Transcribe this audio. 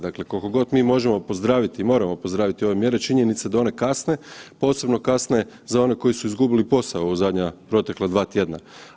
Dakle, koliko god mi možemo pozdraviti i moramo pozdraviti ove mjere, činjenica da one kasne, posebno kasne za one koji su izgubili posao u zadnja, protekla dva tjedna.